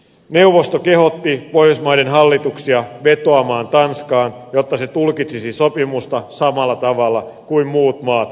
neuvosto kehotti pohjoismaiden hallituksia vetoamaan tanskaan jotta se tulkitsisi sopimusta samalla tavalla kuin muut maat